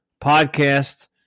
podcast